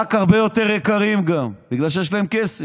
רק גם הרבה יותר יקרים, בגלל שיש להם כסף.